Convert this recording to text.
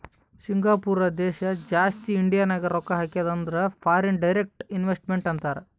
Singapore ದೇಶ ಜಾಸ್ತಿ ಇಂಡಿಯಾನಾಗ್ ರೊಕ್ಕಾ ಹಾಕ್ಯಾದ ಅಂದುರ್ ಫಾರಿನ್ ಡೈರೆಕ್ಟ್ ಇನ್ವೆಸ್ಟ್ಮೆಂಟ್ ಅಂತಾರ್